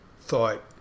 thought